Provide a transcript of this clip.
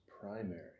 primary